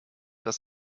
das